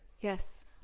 Yes